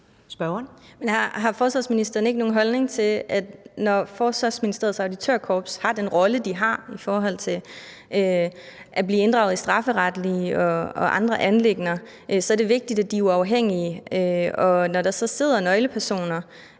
(SF): Men har forsvarsministeren ikke nogen holdning til, at når Forsvarsministeriets Auditørkorps har den rolle, de har, i forhold til at blive inddraget i strafferetlige og andre anliggender, så er det vigtigt, at de er uafhængige, og når der så sidder nøglepersoner